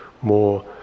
more